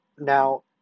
Now